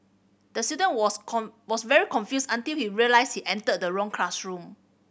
the student was very confused until he realised he entered the wrong classroom